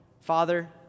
Father